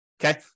Okay